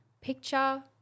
picture